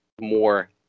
more